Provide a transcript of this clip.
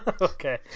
Okay